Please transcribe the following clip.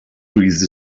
breathed